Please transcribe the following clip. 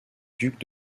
ducs